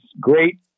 great